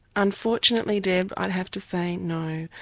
unfortunately, deb, i'd have to say no.